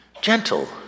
gentle